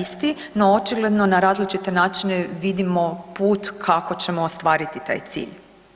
isti, no očigledno na različite načine vidimo put kako ćemo ostvariti taj cilj.